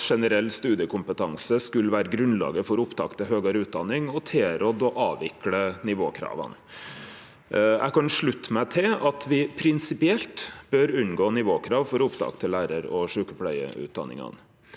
at generell studiekompetanse skulle vere grunnlaget for opptak til høgare utdanning, og tilrådde å avvikle nivåkrava. Eg kan slutte meg til at me prinsipielt bør unngå nivåkrav for opptak til lærar- og sjukepleiarutdanningane.